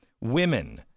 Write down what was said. Women